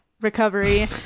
recovery